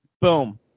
Boom